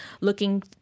looking